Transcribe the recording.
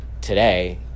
today